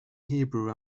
hebrew